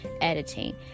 editing